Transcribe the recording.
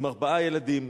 עם ארבעה ילדים.